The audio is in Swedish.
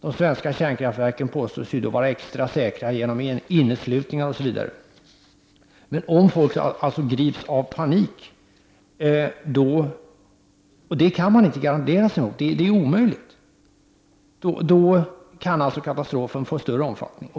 De svenska kärnkraftsverken påstås ju vara extra säkra genom inneslutningar osv., men om personalen grips av panik, och det kan man ju aldrig gardera sig emot, kan alltså katastrofen få större omfattning.